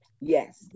Yes